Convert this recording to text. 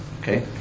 Okay